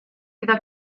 iddo